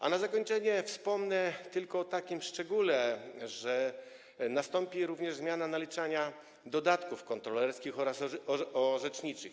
A na zakończenie wspomnę tylko o takim szczególe, że nastąpi również zmiana naliczania dodatków kontrolerskich oraz orzeczniczych.